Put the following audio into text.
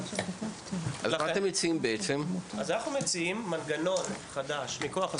אנחנו צריכים לקבל את